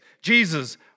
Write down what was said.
Jesus